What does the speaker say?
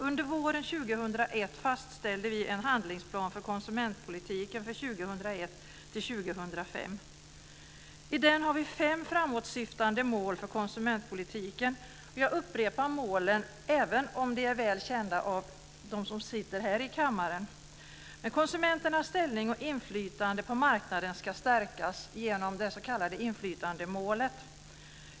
Under våren 2001 fastställde vi en handlingsplan för konsumentpolitiken 2001-2005. I den har vi fem framåtsyftande mål för konsumentpolitiken. Jag upprepar målen även om de är väl kända av dem som sitter i kammaren. · Konsumenternas ställning och inflytande på marknaden ska stärkas genom det s.k. inflytandemålet.